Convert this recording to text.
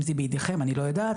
אם זה בידכם אני לא יודעת,